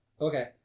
Okay